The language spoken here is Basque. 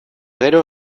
gero